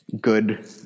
good